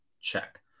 check